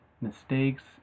mistakes